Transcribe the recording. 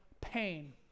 pain